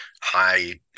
high